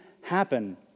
happen